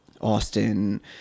Austin